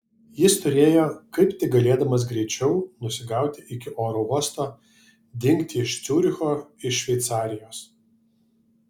jis turėjo kaip tik galėdamas greičiau nusigauti iki oro uosto dingti iš ciuricho iš šveicarijos